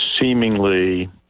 seemingly